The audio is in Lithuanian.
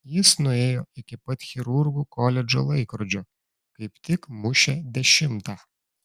jis nuėjo iki pat chirurgų koledžo laikrodžio kaip tik mušė dešimtą